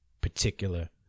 particular